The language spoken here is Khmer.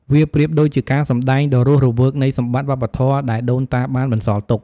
វាប្រៀបដូចជាការសម្ដែងដ៏រស់រវើកនៃសម្បតិ្តវប្បធម៌ដែលដូនតាបានបន្សល់ទុក។